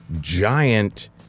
giant